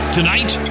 Tonight